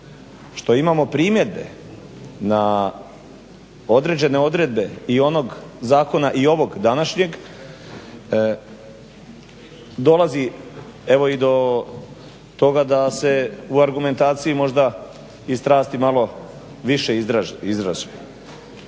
što imamo primjedbe na određene odredbe i onog zakona i ovog današnjeg dolazi evo i do toga da se u argumentaciji možda i strasti više izraze.